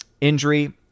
injury